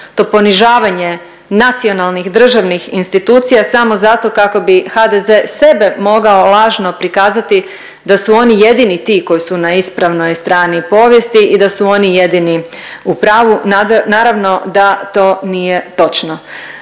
to ponižavanje nacionalnih, državnih institucija samo zato kako bi HDZ sebe mogao lažno prikazati da su oni jedini ti koji su na ispravnoj strani povijesti i da su oni jedini u pravu. Naravno da to nije točno.